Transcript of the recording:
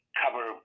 cover